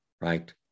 Right